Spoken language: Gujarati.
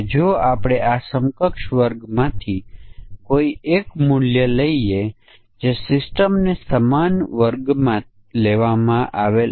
જો આપણે ફક્ત નબળા સમકક્ષ વર્ગ પરીક્ષણ કરવા માંગતા હોય તો આપણે આ બંને મૂળ રકમ 1 લાખ અને 2 લાખ ને ધ્યાનમાં લઈશું